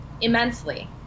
immensely